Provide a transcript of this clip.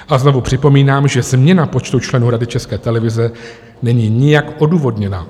A znovu připomínám, že změna počtu členů Rady České televize není nijak odůvodněná.